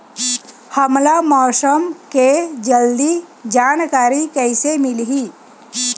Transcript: हमला मौसम के जल्दी जानकारी कइसे मिलही?